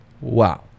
Wow